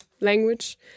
language